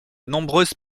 nombreuses